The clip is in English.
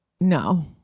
No